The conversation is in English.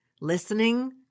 listening